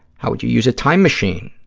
how would you use a time machine?